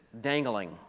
dangling